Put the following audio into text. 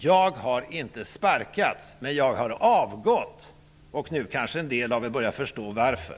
Jag har inte sparkats, men jag har avgått, och nu kanske en del av er börjar förstå varför.